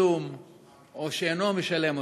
בתשלום או שאינו משלם אותו.